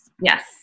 Yes